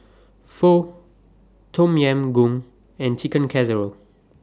Pho Tom Yam Goong and Chicken Casserole